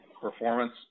performance